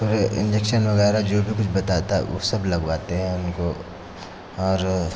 फिर इंजेक्सन वगैरह जो भी कुछ बताता उ सब लगवाते हैं उनको और